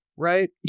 right